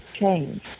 change